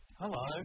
hello